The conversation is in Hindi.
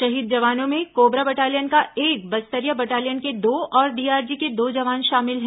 शहीद जवानों में कोबरा बटालियन का एक बस्तरिया बटालियन के दो और डीआरजी के दो जवान शामिल हैं